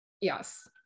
Yes